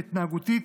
ההתנהגותית,